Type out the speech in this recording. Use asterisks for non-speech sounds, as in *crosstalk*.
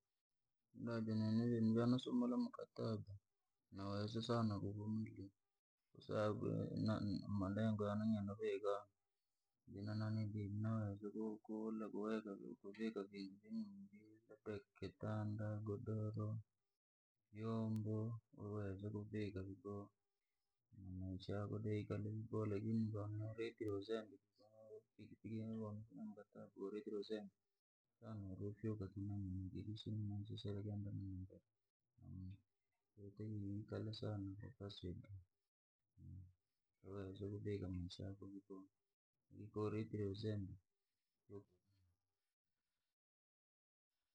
Da janene vene nasumula mukataba, naweza sana kuvumilia, kwasabbu ya malengo ya nanili yane na vii ka, ninaweza kua lakuvika vintu vya nyumbii jakitanda, godoro, vyoombo, niweze kuvika vyaboha. Lakini konavikire uzembe shanauri wo fyakanyama *unintelligible* lakini kowaritire uzembe.